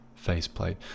faceplate